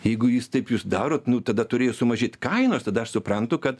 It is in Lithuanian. jeigu jis taip jūs darot nu tada turėjo sumažėt kainos tada aš suprantu kad